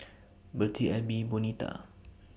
Birtie Elby Bonita